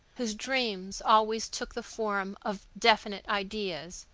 whose dreams always took the form of definite ideas,